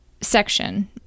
section